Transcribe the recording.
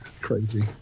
crazy